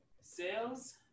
sales